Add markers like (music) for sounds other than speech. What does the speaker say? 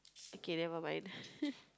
okay never mind (noise)